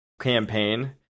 campaign